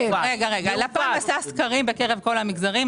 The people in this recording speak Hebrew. לפ"ם עשה סקרים בקרב כל המגזרים,